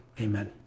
amen